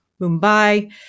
Mumbai